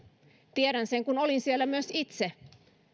tiedän sen kun olin siellä myös itse